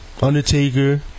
Undertaker